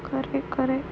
correct